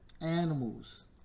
Animals